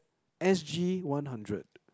S_G one hundred